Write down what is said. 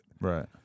Right